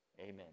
Amen